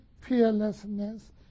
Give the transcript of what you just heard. fearlessness